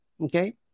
Okay